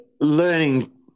learning